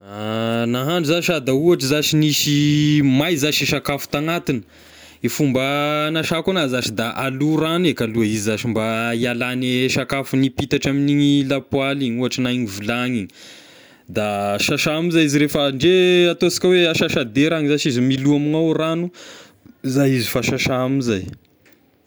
Nahandro zah sady a ohatry zashy nisy may zashy e sakafo tagnatiny, e fomba agnasako anazy zashy da alo ragno eky aloha io zashy mba hialan'ny sakafo nipitatra amin'igny lapoaly igny ohatra na igny vilagny igny, da sasa amzay izy rehefa ndre ataonsika hoa asasadera agny izy zashy milo amign'ny ao ragno, zay izy fa sasa ame izay.